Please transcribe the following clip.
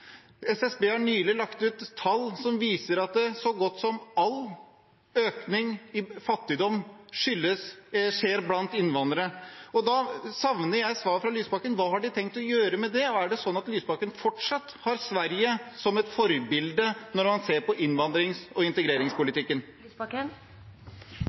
SSB har nylig lagt ut tall som viser at så godt som all økning i fattigdom skjer blant innvandrere. Da savner jeg svar fra Lysbakken: Hva har de tenkt å gjøre med det, og er det sånn at Lysbakken fortsatt har Sverige som et forbilde når han ser på innvandrings- og